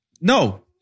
No